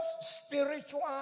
spiritual